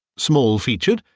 small-featured,